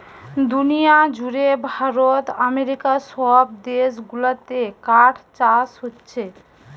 দুনিয়া জুড়ে ভারত আমেরিকা সব দেশ গুলাতে কাঠ চাষ হোচ্ছে